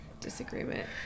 Disagreement